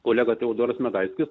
kolega teodoras medaiskis